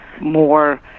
more